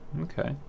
Okay